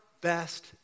best